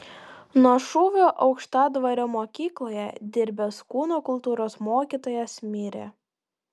nuo šūvio aukštadvario mokykloje dirbęs kūno kultūros mokytojas mirė